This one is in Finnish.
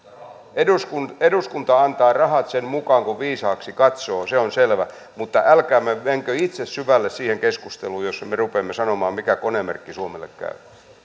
eduskunta eduskunta antaa rahat sen mukaan kuin viisaaksi katsoo se on selvä mutta älkäämme menkö itse syvälle siihen keskusteluun niin että me rupeamme sanomaan mikä konemerkki suomelle käy